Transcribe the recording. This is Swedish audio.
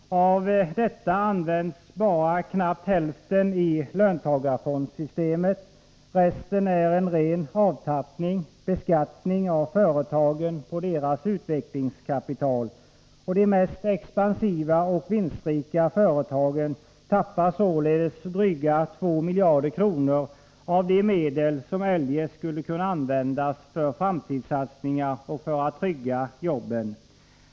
Av detta används bara knappt hälften i löntagarfondssystemet. Resten är en ren avtappning — beskattning av företagen på deras utvecklingskapital. De mest expansiva och vinstrika företagen tappar således drygt två miljarder kronor av de medel som eljest skulle kunna användas för framtidssatsningar och för att trygga jobben.